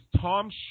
Tom